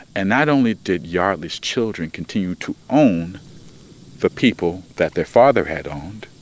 and not only did yardley's children continue to own the people that their father had owned,